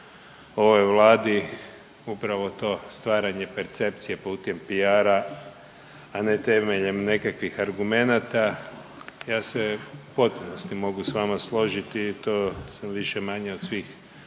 ovoj Vladi upravo to stvaranje percepcije putem PR a ne temeljem nekakvih argumenata. Ja se u potpunosti mogu s vama složiti i to sam više-manje od svih